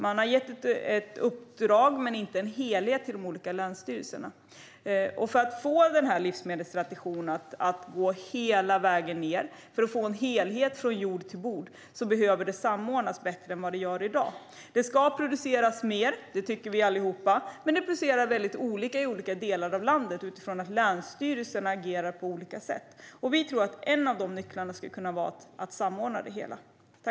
Man har gett ett uppdrag, men inte en helhet, till de olika länsstyrelserna. För att få denna livsmedelsstrategi att gå hela vägen ned för att få en helhet från jord till bord behöver det samordnas bättre än i dag. Det ska produceras mer - det tycker vi alla - men man producerar väldigt olika i olika delar av landet utifrån att länsstyrelserna agerar på olika sätt. Vi tror att en av nycklarna skulle kunna vara att samordna det hela.